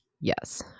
yes